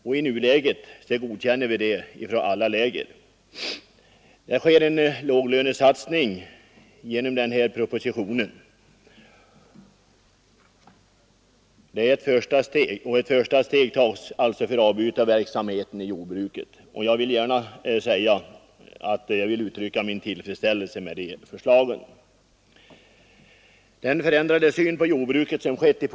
I nuläget godkänns detta i alla läger. Genom förslaget i propositionen görs en låglönesatsning. Där tas också ett första steg mot införandet av avbytarverksamhet i jordbruket. Jag vill gärna uttrycka min tillfredsställelse med dessa förslag. Den positiva förändringen av synen på jordbruket är glädjande.